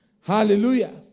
Hallelujah